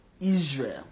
Israel